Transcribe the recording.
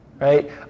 right